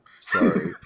sorry